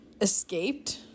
escaped